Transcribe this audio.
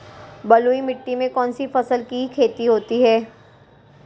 बलुई मिट्टी में कौनसी फसल की खेती होती है?